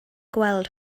gweld